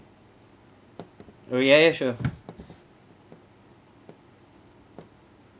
oh ya sure